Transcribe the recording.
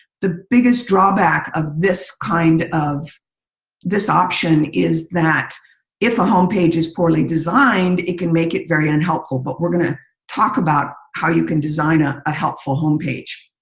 the biggest drawback of this kind of this option is that if a home page is poorly designed, it can make it very unhelpful. but we're going to talk about how you can design ah a helpful home page.